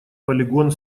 полигон